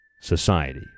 society